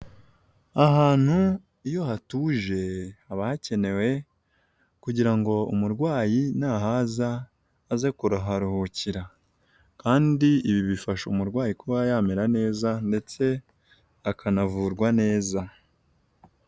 Ahantu iyo hatuje, haba hakenewe kugira ngo umurwayi nahaza aze kuharuhukira .Kandi ibi bifasha umurwayi kuba yamera neza ndetse akanavurwa neza.